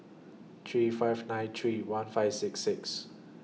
three five nine three one five six six